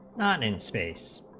in space,